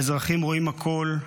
האזרחים רואים הכול.